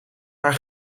haar